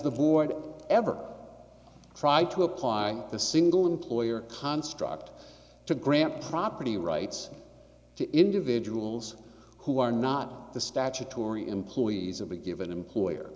the board ever tried to apply the single employer construct to grant property rights to individuals who are not the statutory employees of a given employer